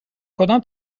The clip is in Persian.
کدام